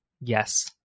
Yes